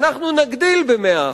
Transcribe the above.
אנחנו נגדיל ב-100%.